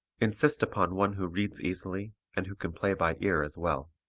insist upon one who reads easily and who can play by ear as well.